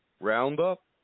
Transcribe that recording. Roundup